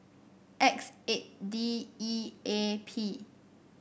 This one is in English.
X eight D E A P